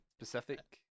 Specific